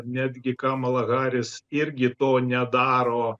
netgi kamala haris irgi to nedaro